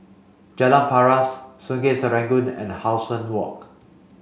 Jalan Paras Sungei Serangoon and How Sun Walk